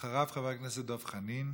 אחריו, חבר הכנסת דב חנין,